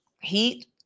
heat